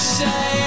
say